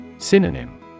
Synonym